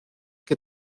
que